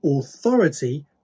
authority